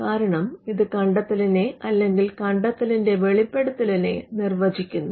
കാരണം ഇത് കണ്ടെത്തലിനെ അല്ലെങ്കിൽ കണ്ടെത്തലിന്റെ വെളിപ്പെടുത്തലിനെ നിർവചിക്കുന്നു